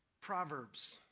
proverbs